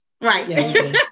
Right